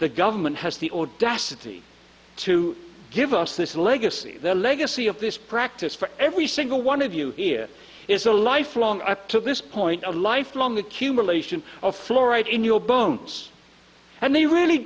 the government has the audacity to give us this legacy the legacy of this practice for every single one of you here is a life long up to this point a lifelong accumulation of fluoride in your bones and they really